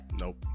Nope